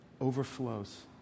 overflows